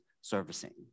servicing